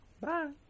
Bye